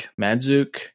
Madzuk